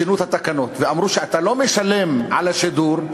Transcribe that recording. שינו את התקנות ואמרו שאתה לא משלם על השידור,